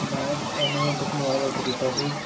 ਮੈਂ ਐਮਾਜੋਨ ਤੋਂ ਇੱਕ ਮੋਬਾਈਲ ਆਰਡਰ ਕੀਤਾ ਸੀ